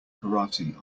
karate